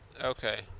Okay